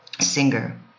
singer